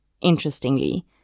Interestingly